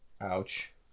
Ouch